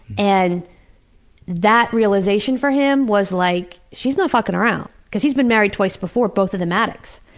and that realization for him was like, she's not fucking around. because he's been married twice before, both of them addicts.